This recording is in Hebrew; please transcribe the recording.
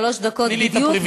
שלוש דקות בדיוק,